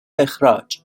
اخراج